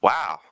Wow